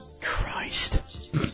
Christ